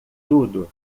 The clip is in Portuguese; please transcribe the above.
tudo